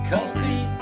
Coffee